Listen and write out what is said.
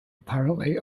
apparently